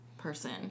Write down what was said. person